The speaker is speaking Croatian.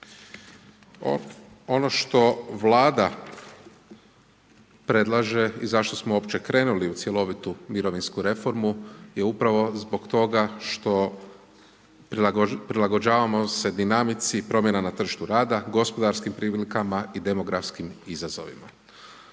Ono što Vlada predlaže i zašto smo uopće krenuli u cjelovitu mirovinsku reformu je upravo zbog toga što prilagođavamo se dinamici promjena na tržištu rada, gospodarskim prilikama i demografskim izazovima.